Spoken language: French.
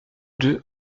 deux